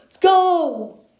go